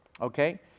okay